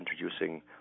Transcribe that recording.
introducing